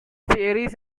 theories